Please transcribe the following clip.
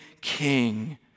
king